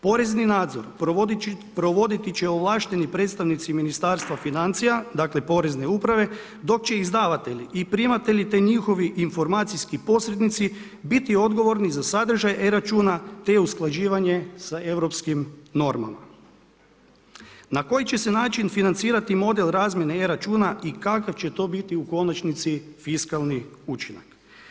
Porezni nadzor provodit će ovlašteni predstavnici Ministarstva financija, dakle porezne uprave dok će izdavatelji i primatelji te njihovi informacijski posrednici biti odgovorni za sadržaje e-računa te usklađivanje sa Europskim normama na koji će se način financirati model razmjene e-računa i kakav će to biti u konačnici fiskalni učinak.